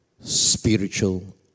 spiritual